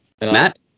Matt